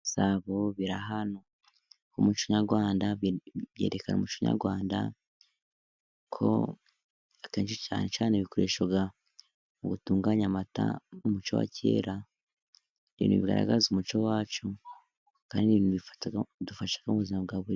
Ibisabo biri hano byerekana umuco nyarwanda, akenshi cyane cyane bikoreshwa batunganya amata. Umuco wa kera ugaragaza umuco wacu, kandi udufasha mu buzima bwa buri munsi.